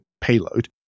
payload